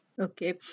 Okay